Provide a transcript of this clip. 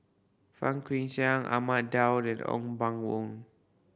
Fang Guixiang Ahmad Daud and Ong Pang Boon